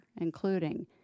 including